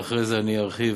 ואחרי זה אני ארחיב